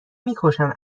میکشن